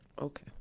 Okay